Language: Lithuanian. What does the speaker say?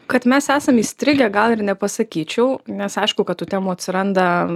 kad mes esam įstrigę gal ir nepasakyčiau nes aišku kad tų temų atsiranda